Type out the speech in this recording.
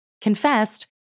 confessed